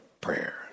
prayer